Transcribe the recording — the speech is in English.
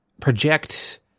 project